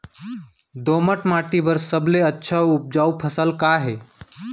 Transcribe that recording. दोमट माटी बर सबले अच्छा अऊ उपजाऊ फसल का हे?